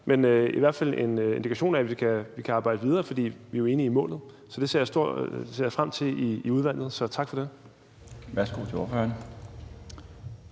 men i hvert fald en indikation af, at vi kan arbejde videre, for vi er jo enige om målet. Så det ser jeg frem til i udvalget. Så tak for det. Kl. 14:20 Den